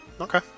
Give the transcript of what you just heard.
Okay